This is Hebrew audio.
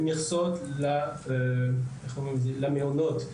מכסות למעונות,